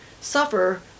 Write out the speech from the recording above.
suffer